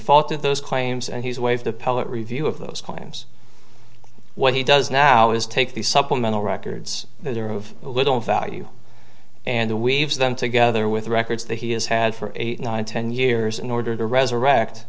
fault of those claims and he's waived the public review of those claims what he does now is take these supplemental records that are of little value and the weaves them together with records that he has had for eight nine ten years in order to resurrect